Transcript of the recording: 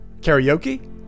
Karaoke